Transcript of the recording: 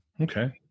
Okay